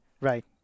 Right